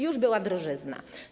Już była drożyzna.